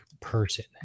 person